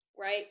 right